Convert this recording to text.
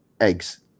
eggs